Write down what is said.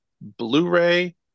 Blu-ray